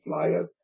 flyers